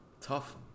Tough